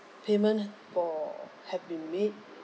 payment for have been made